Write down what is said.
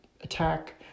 attack